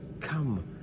come